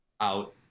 out